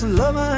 love